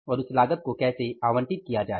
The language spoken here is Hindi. और उस लागत को कैसे आवंटित किया जाए